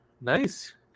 Nice